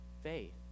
faith